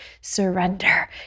surrender